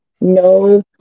No